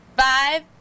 five